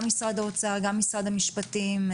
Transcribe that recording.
גם משרד האוצר וגם משרד המשפטים,